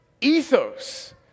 ethos